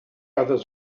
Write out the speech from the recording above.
others